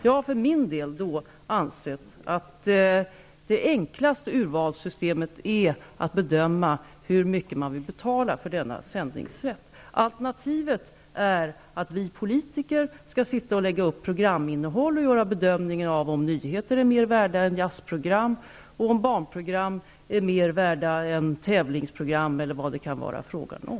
Jag har för min del ansett att det enklaste urvalssystemet är att bedöma hur mycket man vill betala för denna sändningsrätt. Alternativet är att vi politiker skall lägga upp programinnehåll och göra bedömningen av om nyheter är mer värda än jazzprogram, om barnprogram är mer värda än tävlingsprogram, eller vad det nu handlar om.